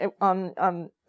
on